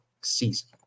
season